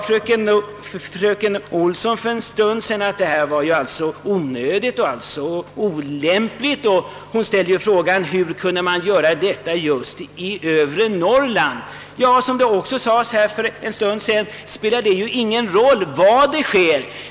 Fröken Olsson sade för en stund sedan att detta förslag var onödigt och olämpligt, och hon ställde frågan hur man kunde tänka sig att förlägga en sådan utbildning till övre Norrland. Men som det sades helt nyss spelar det väl ingen roll var utbildningen sker.